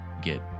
get